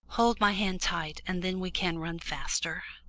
hold my hand tight and then we can run faster.